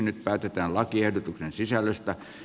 nyt päätetään lakiehdotuksen sisällöstä